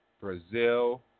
Brazil